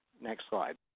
next slide.